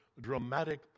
dramatic